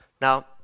Now